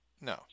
No